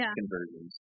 conversions